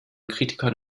kritikern